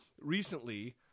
Recently